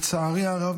לצערי הרב,